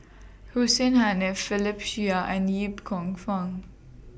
Hussein Haniff Philip Chia and Yip Kong Fun